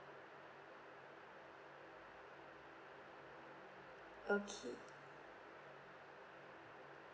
okay